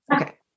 Okay